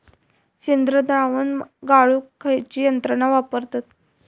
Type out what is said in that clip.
शेणद्रावण गाळूक खयची यंत्रणा वापरतत?